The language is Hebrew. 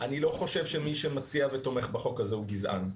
אני לא חושב שמי שמציע ותומך בחוק הזה הוא גזען.